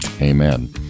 Amen